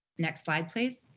next slide, please.